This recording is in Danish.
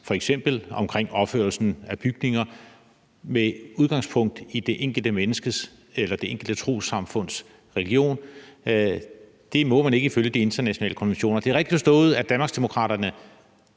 f.eks. omkring opførelsen af bygninger med udgangspunkt i det enkelte menneskes eller det enkelte trossamfunds religion? Det må man ikke ifølge de internationale konventioner. Er det rigtigt forstået, at Danmarksdemokraterne